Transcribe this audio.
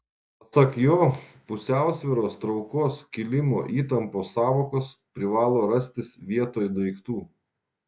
pasak jo pusiausvyros traukos kilimo įtampos sąvokos privalo rastis vietoj daiktų